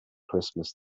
christmas